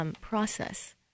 process